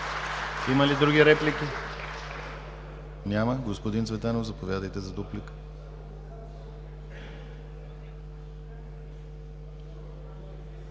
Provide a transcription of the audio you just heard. Има ли други реплики? Няма. Госпожо Нинова, заповядайте за дуплика.